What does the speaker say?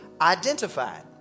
identified